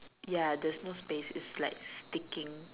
ya there's no space it's like sticking